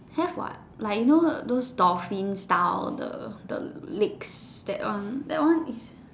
have what like you know those dolphin style the the legs that one that one is